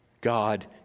God